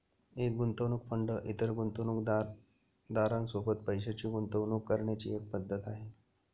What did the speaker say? एक गुंतवणूक फंड इतर गुंतवणूकदारां सोबत पैशाची गुंतवणूक करण्याची एक पद्धत आहे